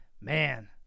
Man